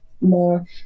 more